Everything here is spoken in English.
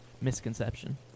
misconception